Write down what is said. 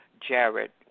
Jared